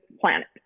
planet